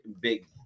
big